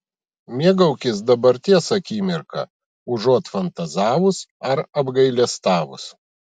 mėgaukis dabarties akimirka užuot fantazavus ar apgailestavus